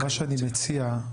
מה שאני מציע,